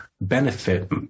benefit